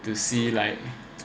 to see like